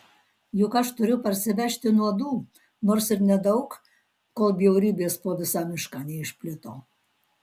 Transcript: juk aš turiu parsivežti nuodų nors ir nedaug kol bjaurybės po visą mišką neišplito